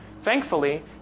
Thankfully